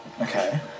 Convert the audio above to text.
Okay